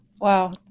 Wow